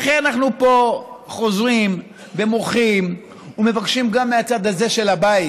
לכן אנחנו פה חוזרים ומוחים ומבקשים גם מהצד הזה של הבית